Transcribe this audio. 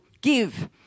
give